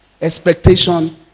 Expectation